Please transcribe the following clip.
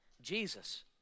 Jesus